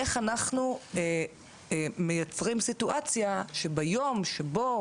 איך אנחנו מייצרים סיטואציה שביום שבו